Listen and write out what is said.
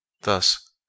Thus